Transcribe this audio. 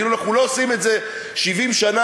כאילו אנחנו לא עושים את זה 70 שנה,